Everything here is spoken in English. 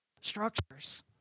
structures